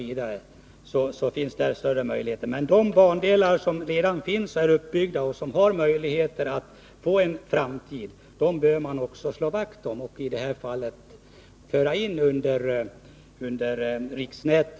Men man bör slå vakt om de bandelar som redan finns uppbyggda och som kan ha en framtid — och man bör också föra in dem i riksnätet.